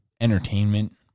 entertainment